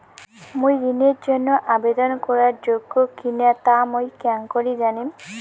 মুই ঋণের জন্য আবেদন করার যোগ্য কিনা তা মুই কেঙকরি জানিম?